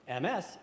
MS